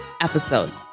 episode